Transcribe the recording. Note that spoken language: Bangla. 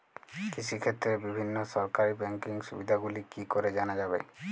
কৃষিক্ষেত্রে বিভিন্ন সরকারি ব্যকিং সুবিধাগুলি কি করে জানা যাবে?